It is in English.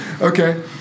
Okay